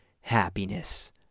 happiness